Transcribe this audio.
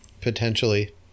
Potentially